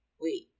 wait